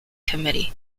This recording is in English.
committee